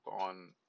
on